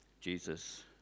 Jesus